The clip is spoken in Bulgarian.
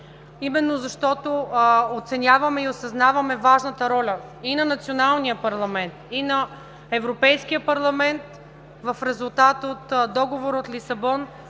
Именно защото оценяваме и осъзнаваме важната роля и на националния парламент, и на Европейския парламент в резултат от договора от Лисабон,